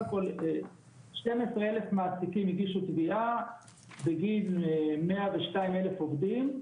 סך הכל כ-12,000 מעסיקים הגישו תביעה בגין 102,000 עובדים.